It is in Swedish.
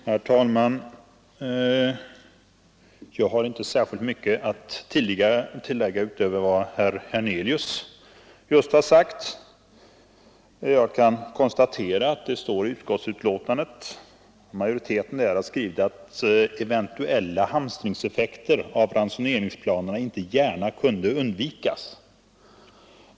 Herr talman! Jag har inte särskilt mycket att tillägga utöver vad herr Hernelius just har sagt. Majoriteten i utskottet har skrivit att eventuella hamstringseffekter av ransoneringsplanerna inte gärna kunde undvikas.